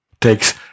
takes